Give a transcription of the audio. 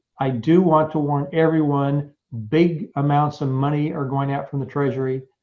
i do want to warn everyone big amounts of money are going out from the treasury.